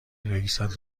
رئیست